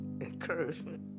encouragement